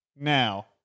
now